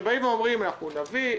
שאומרים: אנחנו נביא,